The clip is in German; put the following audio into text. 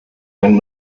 ein